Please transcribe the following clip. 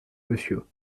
monsieur